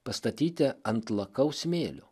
pastatyti ant lakaus smėlio